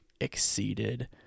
exceeded